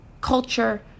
culture